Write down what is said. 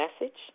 message